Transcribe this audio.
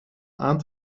aan